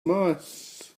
mice